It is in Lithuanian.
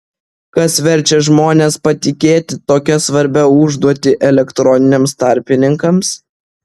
kas verčia žmones patikėti tokią svarbią užduotį elektroniniams tarpininkams